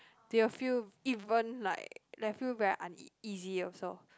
they will feel even like they will feel very unea~ easy also